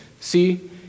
See